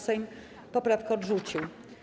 Sejm poprawkę odrzucił.